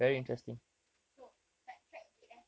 I see so sidetracked a bit eh